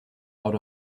out